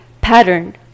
pattern